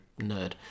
nerd